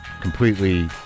completely